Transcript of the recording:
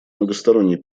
многосторонний